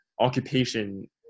Occupation